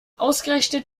ausgerechnet